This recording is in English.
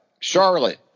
Charlotte